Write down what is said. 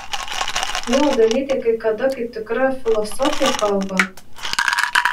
jo dalytė kai kada kaip tikra filosofė kalba